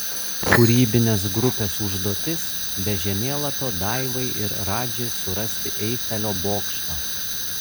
kūrybinės grupės užduotis be žemėlapio daivai ir radži surasti eifelio bokštą